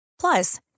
Plus